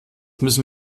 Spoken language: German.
müssen